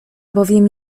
bowiem